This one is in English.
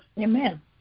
Amen